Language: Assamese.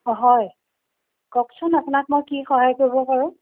হয় কওকচোন আপোনাক মই কি সহায় কৰিব পাৰোঁ